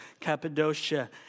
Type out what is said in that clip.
Cappadocia